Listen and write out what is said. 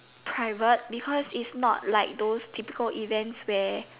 private because it's not like those typical events where